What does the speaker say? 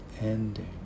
ending